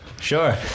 sure